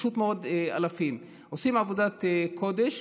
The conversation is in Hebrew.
פשוט מאוד אלפים שעושים עבודת קודש.